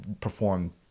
perform